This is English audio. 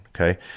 okay